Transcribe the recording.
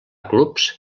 clubs